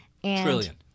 Trillion